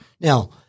Now